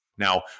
Now